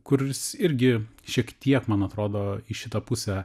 kurs irgi šiek tiek man atrodo į šitą pusę